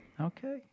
Okay